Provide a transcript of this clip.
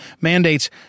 mandates